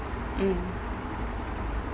mm